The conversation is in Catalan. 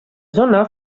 zona